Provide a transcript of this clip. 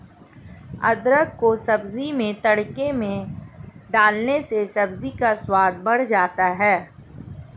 अदरक को सब्जी में तड़के में डालने से सब्जी का स्वाद बढ़ जाता है